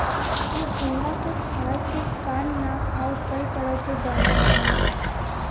इ घोंघा के खाल से कान नाक आउर कई तरह के गहना बनला